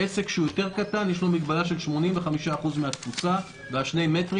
עסק שהוא קטן יותר יש לו מגבלה של 85% מן התפוסה וגם שמירת שני מטרים.